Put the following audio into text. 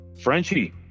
Frenchie